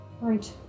Right